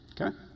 Okay